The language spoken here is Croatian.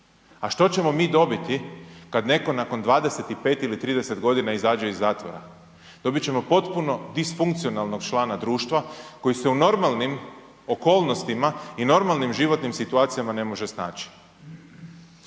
A što ćemo mi dobiti kad netko nakon 25 ili 30 godina izađe iz zatvora, dobit ćemo potpuno disfunkcionalnog člana društva koji se u normalnim okolnostima i normalnim životnim situacijama ne može snaći.